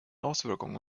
auswirkungen